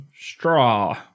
Straw